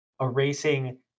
erasing